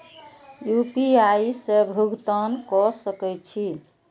UPI से भुगतान क सके छी?